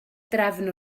drefn